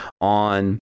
on